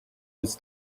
its